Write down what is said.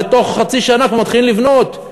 בתוך חצי שנה כבר מתחילים לבנות.